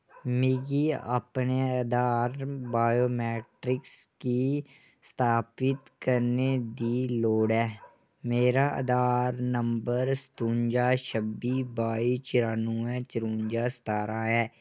मिगी अपने अधार बायोमैट्रिक्स गी स्थापित करने दी लोड़ ऐ मेरा अधार नंबर सतुंजा छब्बी बाई चरानुऐ चरुंजा सतारां ऐ